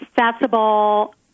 accessible